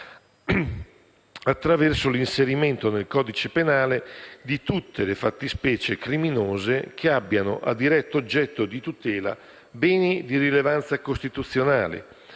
attraverso l'inserimento nel codice penale di tutte le fattispecie criminose che abbiano a diretto oggetto la tutela di beni di rilevanza costituzionale